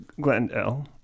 Glendale